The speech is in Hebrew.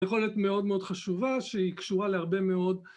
יכולת מאוד מאוד חשובה שהיא קשורה להרבה מאוד